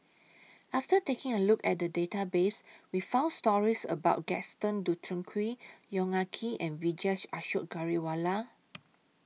after taking A Look At The Database We found stories about Gaston Dutronquoy Yong Ah Kee and Vijesh Ashok Ghariwala